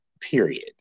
Period